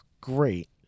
great